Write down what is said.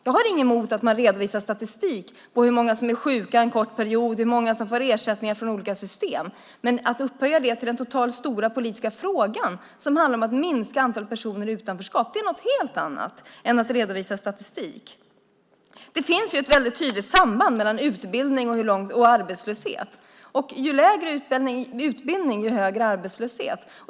Jag har ingenting emot att man redovisar statistik över hur många som är sjuka en kort period och hur många som får ersättning från olika system. Att upphöja det till den stora politiska frågan om att minska antalet personer i utanförskap är något helt annat än att redovisa statistik. Det finns ju ett tydligt samband mellan utbildning och arbetslöshet. Ju lägre utbildning desto högre arbetslöshet.